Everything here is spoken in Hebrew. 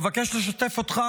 אבקש לשתף אותך,